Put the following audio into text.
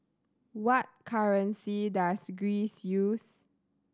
what currency does Greece use